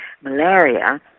malaria